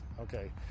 Okay